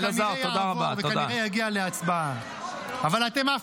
אל תדבר על --- תביא חוק